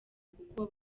kuko